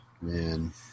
man